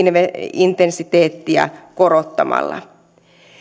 intensiteettiä korottamalla